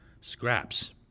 scraps